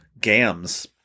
Gams